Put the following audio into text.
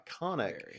iconic